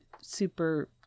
super